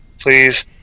please